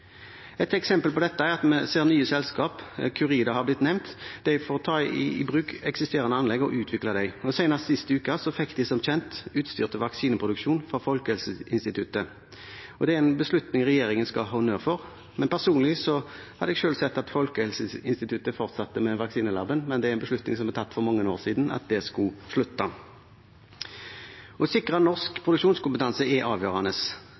Et eksempel på dette er at vi ser nye selskap. Curida har blitt nevnt. De får ta i bruk eksisterende anlegg og utvikle dem. Senest sist uke fikk de som kjent utstyr til vaksineproduksjon fra Folkehelseinstituttet. Det er en beslutning regjeringen skal ha honnør for. Personlig hadde jeg helst sett at Folkehelseinstituttet fortsatte med vaksinelaben, men at det skulle slutte, er en beslutning som er tatt for mange år siden. Å sikre norsk produksjonskompetanse er avgjørende.